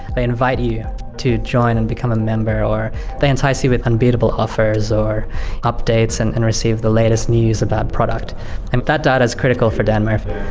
they invite you to join and become a member or they entice you with unbeatable offers or updates and and receive the latest news about product. and that data is critical for dan murphys.